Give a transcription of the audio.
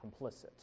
complicit